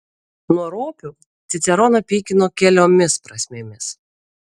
nuo ropių ciceroną pykino keliomis prasmėmis